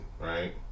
right